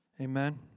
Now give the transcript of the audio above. Amen